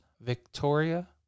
Victoria